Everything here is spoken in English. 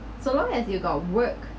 so as long as you got work